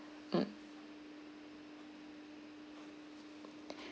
mm